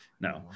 no